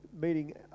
meeting